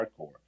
hardcore